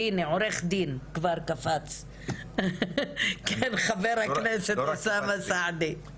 והנה עורך דין כבר קפץ, כן, חה"כ אוסאמה סעדי.